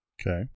Okay